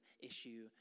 issue